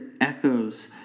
echoes